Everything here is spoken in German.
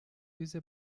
diese